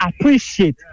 appreciate